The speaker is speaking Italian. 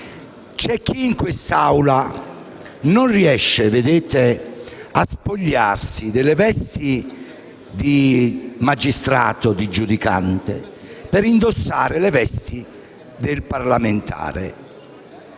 c'è chi in quest'Aula non riesce a spogliarsi delle vesti di magistrato, di giudicante, per indossare quelle del parlamentare.